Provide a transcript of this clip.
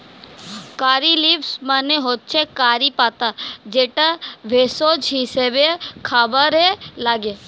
কারী leaves মানে হচ্ছে curry পাতা যেটা ভেষজ হিসেবে খাবারে লাগে